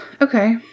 Okay